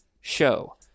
show